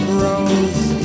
rose